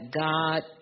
God